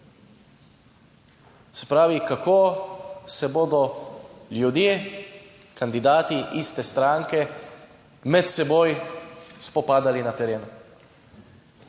Se pravi, kako se bodo ljudje, kandidati iste stranke med seboj spopadali na terenu?